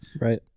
Right